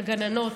לגננות,